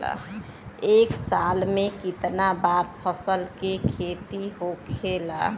एक साल में कितना बार फसल के खेती होखेला?